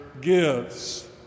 gives